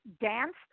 danced